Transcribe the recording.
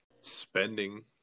spending